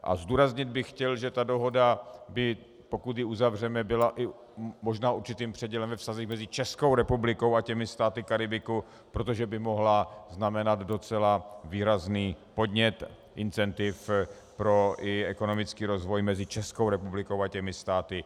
A zdůraznit bych chtěl, že ta dohoda by, pokud ji uzavřeme, byla i možná určitým předělem ve vztazích mezi Českou republikou a těmi státy Karibiku, protože by mohla znamenat docela výrazný podnět, incentiva, i pro ekonomický rozvoj mezi Českou republikou a těmi státy.